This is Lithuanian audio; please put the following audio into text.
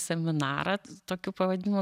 seminarą tokiu pavadinimu